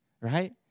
Right